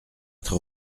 être